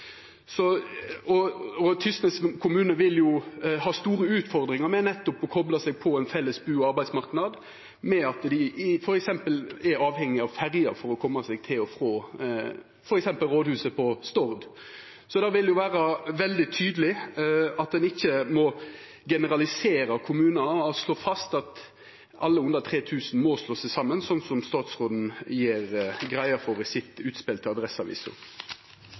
vil ha store utfordringar med å kopla seg på ein felles bu- og arbeidsmarknad fordi dei f.eks. er avhengige av ferje for å koma seg til og frå f.eks. rådhuset på Stord. Så det er veldig tydeleg at ein ikkje må generalisera kommunar og slå fast at alle kommunar med under 3 000 innbyggjarar må slå seg saman med nokon, slik statsråden gjer greie for i utspelet til